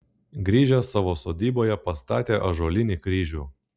grįžęs savo sodyboje pastatė ąžuolinį kryžių